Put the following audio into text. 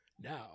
Now